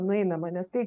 nueinama nes tai